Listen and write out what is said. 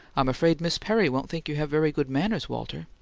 i'm afraid miss perry won't think you have very good manners, walter.